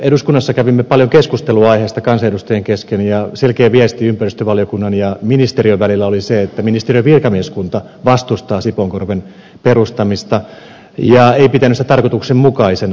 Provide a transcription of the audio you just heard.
eduskunnassa kävimme paljon keskustelua aiheesta kansanedustajien kesken ja selkeä viesti ympäristövaliokunnan ja ministeriön välillä oli se että ministeriön virkamieskunta vastustaa sipoonkorven perustamista ja ei pidä sitä tarkoituksenmukaisena